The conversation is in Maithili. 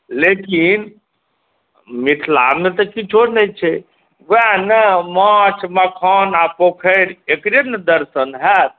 लेकिन मिथिलामे तऽ किछो नहि छै वएह ने माछ मखान आ पोखरि एकरे ने दर्शन होयत